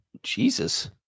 Jesus